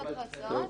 והוצאות,